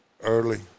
early